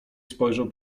spojrzał